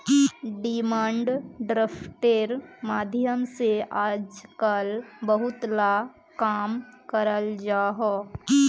demand ड्राफ्टेर माध्यम से आजकल बहुत ला काम कराल जाहा